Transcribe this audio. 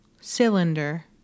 cylinder